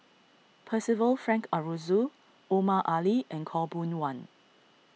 Percival Frank Aroozoo Omar Ali and Khaw Boon Wan